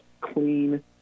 clean